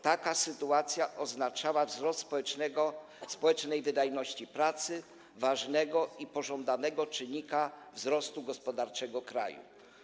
Taka sytuacja oznaczała wzrost społecznej wydajności pracy ważnego i pożądanego czynnika wzrostu gospodarczego kraju.